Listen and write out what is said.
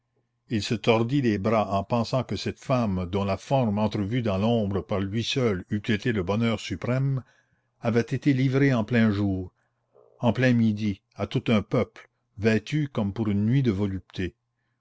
il se tordit les bras en pensant que cette femme dont la forme entrevue dans l'ombre par lui seul lui eût été le bonheur suprême avait été livrée en plein jour en plein midi à tout un peuple vêtue comme pour une nuit de volupté